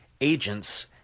agents